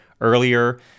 earlier